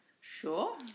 Sure